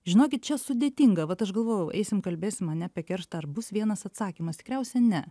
žinokit čia sudėtinga vat aš galvojau eisim kalbėsim ane apie kerštą ar bus vienas atsakymas tikriausia ne